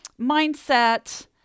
mindset